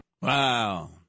Wow